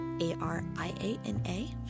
A-R-I-A-N-A